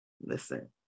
listen